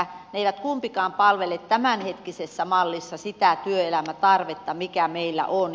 ne eivät kumpikaan palvele tämänhetkisessä mallissa sitä työelämätarvetta mikä meillä on